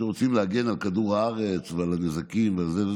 רוצים להגן על כדור הארץ מן הנזקים ועל זה וזה,